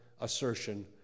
assertion